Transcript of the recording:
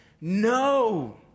no